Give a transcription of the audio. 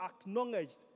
acknowledged